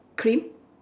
cream